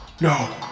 No